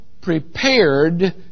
prepared